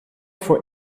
for